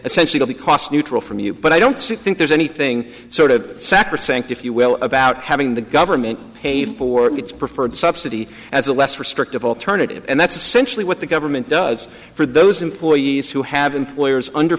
the cost neutral from you but i don't think there's anything sort of sacrosanct if you will about having the government pay for its preferred subsidy as a less restrictive alternative and that's essentially what the government does for those employees who have employers under